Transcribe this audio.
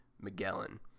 Magellan